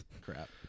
Crap